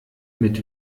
mit